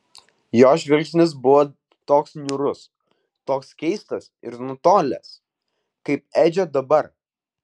jo žvilgsnis buvo toks niūrus toks keistas ir nutolęs kaip edžio dabar